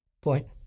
Point